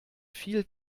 viel